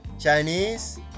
Chinese